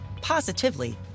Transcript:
positively